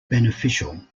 beneficial